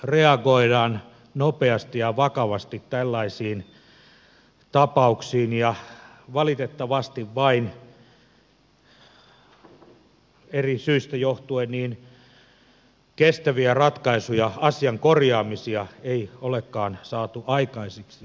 nyt reagoidaan nopeasti ja vakavasti tällaisiin tapauksiin ja valitettavasti vain eri syistä johtuen kestäviä ratkaisuja asian korjaamisia ei olekaan saatu aikaiseksi